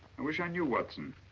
and wish i knew watson.